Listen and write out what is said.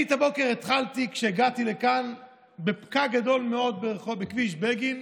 אני את הבוקר התחלתי כשהגעתי לכאן בפקק גדול מאוד בכביש בגין.